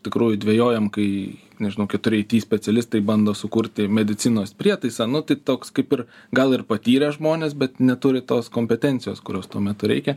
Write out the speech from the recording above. tikrųjų dvejojam kai nežinau keturi it specialistai bando sukurti medicinos prietaisą nu tai toks kaip ir gal ir patyrę žmonės bet neturi tos kompetencijos kurios tuo metu reikia